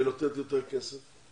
ולתת יותר כסף?